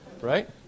Right